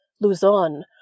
Luzon